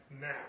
now